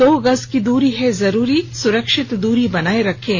दो गज की दूरी है जरूरी सुरक्षित दूरी बनाए रखें